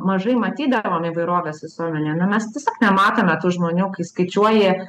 mažai matydavom įvairovės visuomenėj na mes tiesiog nematome tų žmonių kai skaičiuoji